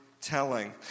telling